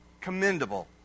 Commendable